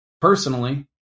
Personally